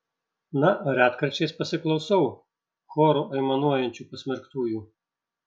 na retkarčiais pasiklausau choru aimanuojančių pasmerktųjų